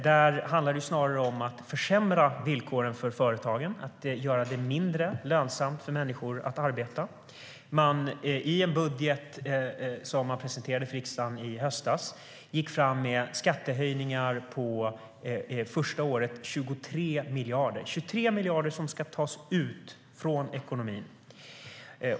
Där handlar det snarare om att försämra villkoren för företagen, att göra det mindre lönsamt för människor att arbeta. I den budget som de presenterade för riksdagen i höstas gick de fram med skattehöjningar på 23 miljarder det första året. 23 miljarder ska tas ut från ekonomin.